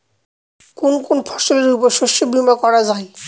কোন কোন ফসলের উপর শস্য বীমা করা যায়?